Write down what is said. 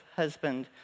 husband